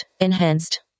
Enhanced